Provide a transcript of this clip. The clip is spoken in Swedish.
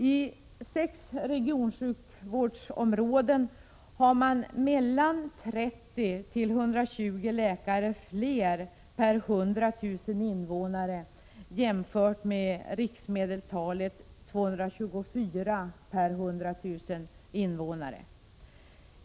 I sex regionsjukvårdsområden har man mellan 30 och 120 läkare fler per 100 000 invånare jämfört med riksmedeltalet 224 per 100 000 invånare.